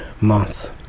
month